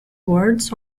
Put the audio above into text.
words